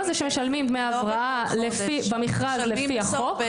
זה שמשלמים דמי הבראה במכרז לפי החוק,